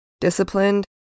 disciplined